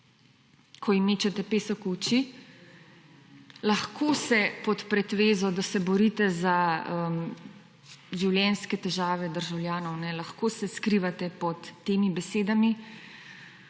ko jim mečete pesek v oči. Lahko se pod pretvezo, da se borite za življenjske težave državljanov, lahko se skrivate pod temi besedami,